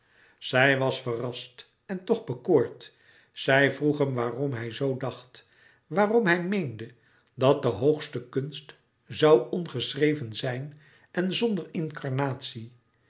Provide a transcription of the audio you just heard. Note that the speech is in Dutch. zij was verrast en toch bekoord zij vroeg hem waarom hij zoo dacht waarom hij meende dat de hoogste kunst zoû ongeschreven zijn en zonder incarnatie